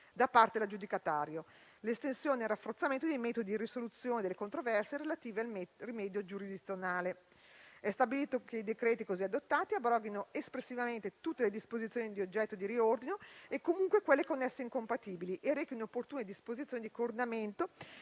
da parte dell'aggiudicatario; l'estensione e il rafforzamento dei metodi di risoluzione delle controversie relative al rimedio giurisdizionale. È stabilito che i decreti legislativi così adottati abroghino espressamente tutte le disposizioni oggetto di riordino e comunque quelle connesse incompatibili e rechino opportune disposizioni di coordinamento